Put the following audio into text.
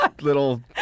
little